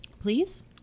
please